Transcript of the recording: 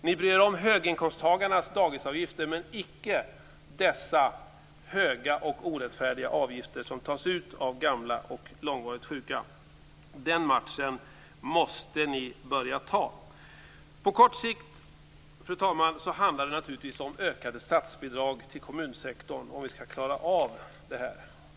Ni bryr er om höginkomsttagarnas dagisavgifter, men icke dessa höga och orättfärdiga avgifter som tas ut av gamla och långvarigt sjuka. Den matchen måste ni börja ta. På kort sikt, fru talman, handlar det naturligtvis om ökade statsbidrag till kommunsektorn om vi skall klara av detta.